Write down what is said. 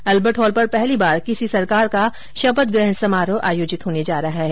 Albert Hall पर पहली बार किसी सरकार का शपथ ग्रहण समारोह आयोजित होने जा रहा है